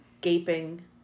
gaping